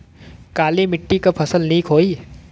काली मिट्टी क फसल नीक होई?